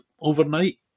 overnight